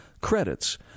credits